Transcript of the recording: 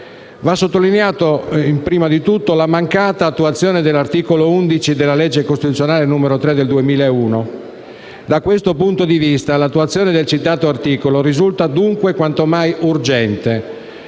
Va sottolineata innanzitutto la mancata attuazione dell'articolo 11 della legge costituzionale n. 3 del 2001. Da questo punto di vista l'attuazione del citato articolo risulta dunque quanto mai urgente,